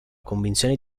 convinzione